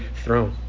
throne